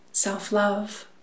self-love